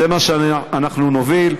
זה מה שאנחנו נוביל.